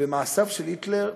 מעשיו של היטלר,